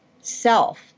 self